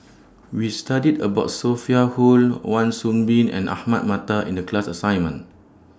We studied about Sophia Hull Wan Soon Bee and Ahmad Mattar in The class assignment